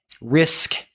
Risk